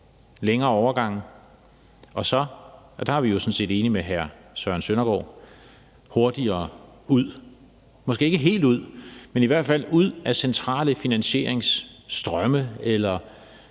længere overgange og så – og der er vi jo sådan set enige med hr. Søren Søndergaard – hurtigere ud. Måske skal de ikke helt ud, men i hvert fald ud af centrale finansieringsstrømme eller